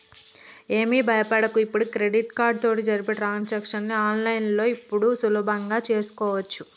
ఏమి భయపడకు ఇప్పుడు క్రెడిట్ కార్డు తోటి జరిపే ట్రాన్సాక్షన్స్ ని ఆన్లైన్లో ఇప్పుడు సులభంగా చేసుకోవచ్చు